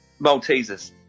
Maltesers